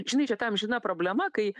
žinai čia ta amžina problema kai